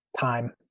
Time